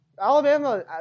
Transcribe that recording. Alabama